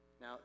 Now